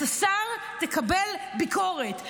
אתה שר, תקבל ביקורת.